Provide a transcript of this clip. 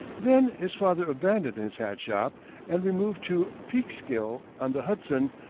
then his father abandoned his hat shop and removed to peekskill on the hudson,